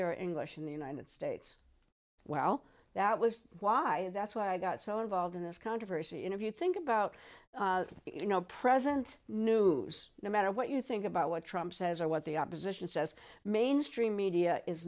jazeera english in the united states well that was why that's why i got so involved in this controversy in if you think about you know president news no matter what you think about what trump says or what the opposition says mainstream media is